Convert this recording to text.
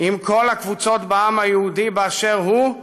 עם כל הקבוצות בעם היהודי באשר הוא,